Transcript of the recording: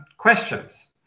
Questions